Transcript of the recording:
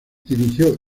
dirigió